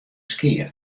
skea